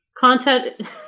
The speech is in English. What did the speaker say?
Content